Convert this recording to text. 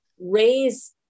raise